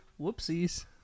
whoopsies